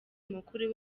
mukuru